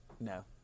No